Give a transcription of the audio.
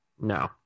No